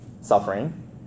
suffering